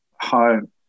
home